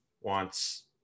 wants